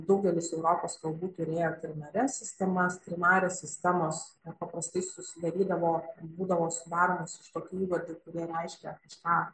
daugelis europos kalbų turėjo trinares sistemas trinarės sistemos paprastai susidarydavo būdavo sudaromos iš tokių įvardžių kurie reiškia kažką